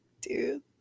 Dude